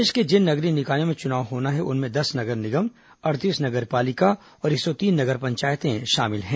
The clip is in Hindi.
प्रदेश के जिन नगरीय निकायों में चुनाव होना है उनमें दस नगर निगम अड़तीस नगर पालिका और एक सौ तीन नगर पंचायतें शामिल हैं